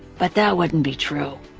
but that wouldn't be true.